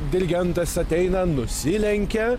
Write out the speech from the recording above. dirigentas ateina nusilenkia